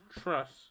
trust